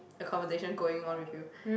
the conversation going on with you